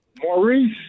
Maurice